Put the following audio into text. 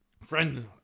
Friend